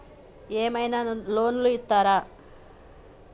ఏమైనా లోన్లు ఇత్తరా?